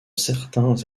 certains